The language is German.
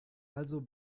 also